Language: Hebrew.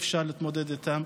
אפשר להתמודד איתן.